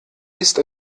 ist